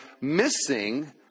missing